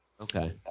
Okay